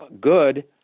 good –